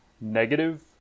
Negative